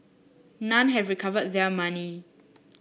none have recovered their money